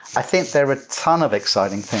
i think there's a ton of exciting things.